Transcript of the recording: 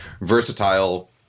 versatile